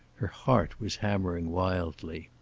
her heart was hammering wildly.